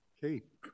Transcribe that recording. Kate